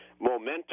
momentum